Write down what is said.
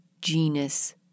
genus